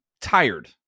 tired